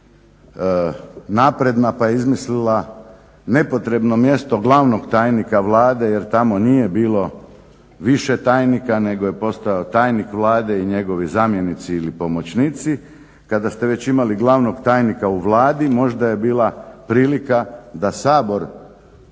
napredna pa je izmislila nepotrebno mjesto Glavnog tajnika Vlade jer tamo nije bilo više tajnika nego je postojao tajnik Vlade i njegovi zamjenici ili pomoćnici, kada ste već imali Glavnog tajnika u Vladi možda je bila prilika da Sabor